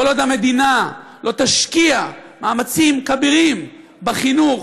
כל עוד המדינה לא תשקיע מאמצים כבירים בחינוך,